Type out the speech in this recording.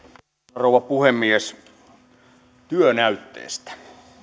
rouva puhemies työnäytteestä